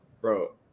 bro